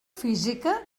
física